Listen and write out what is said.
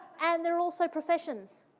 and there are also professions.